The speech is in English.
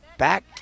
Back